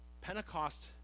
Pentecost